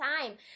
time